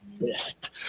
best